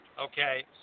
Okay